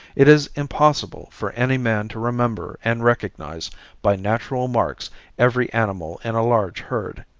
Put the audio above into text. it is impossible for any man to remember and recognize by natural marks every animal in a large herd.